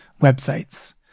websites